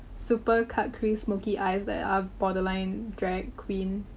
super cut-crease smokey eyes that are borderline drag queen-esque.